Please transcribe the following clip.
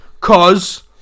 Cause